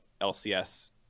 LCS